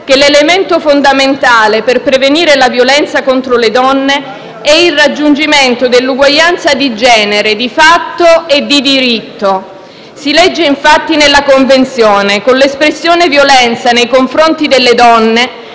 che l'elemento fondamentale per prevenire la violenza contro le donne è il raggiungimento dell'uguaglianza di genere, di fatto e di diritto. Nella Convenzione si legge infatti quanto segue: «con l'espressione "violenza nei confronti delle donne"